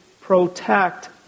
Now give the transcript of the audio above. protect